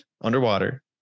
underwater